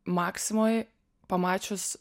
maximoj pamačius